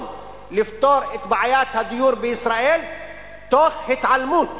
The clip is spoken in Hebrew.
לפתור את בעיית הדיור בישראל תוך התעלמות